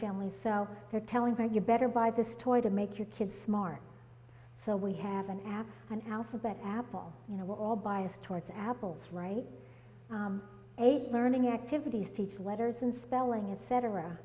families so they're telling her you better buy this toy to make your kid smart so we have an app and alphabet apple you know we're all biased towards apples right eight learning activities teach letters and spelling and cetera